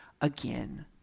again